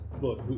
Look